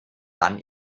dann